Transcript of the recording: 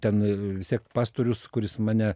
ten vis tiek pastorius kuris mane